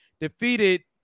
defeated